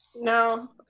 No